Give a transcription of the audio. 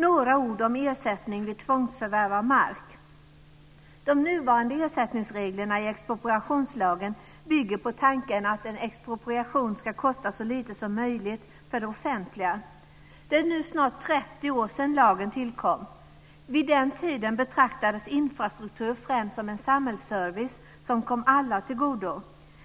Några ord om ersättning vid tvångsförvärv av mark: De nuvarande ersättningsreglerna i expropriationslagen bygger på tanken att en expropriation ska kosta så lite som möjligt för det offentliga. Det är nu snart 30 år sedan lagen tillkom. Vid den tiden betraktades infrastruktur främst som en samhällsservice som kom alla till godo.